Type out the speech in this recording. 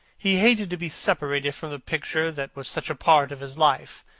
he hated to be separated from the picture that was such a part of his life,